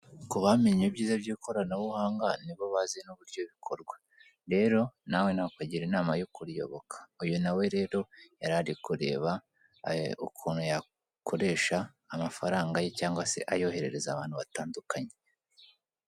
Ku bamenye ibyiza by'ikoranabuhanga nibo bazi n'uburyo bikorwa, rero nawe nakugira inama yo kuriyoboka uyu nawe yari ari kureba ukuntu yakoresha amafaranga ye cyangwa se ayoherereza abantu batandukanye.